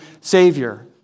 savior